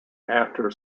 after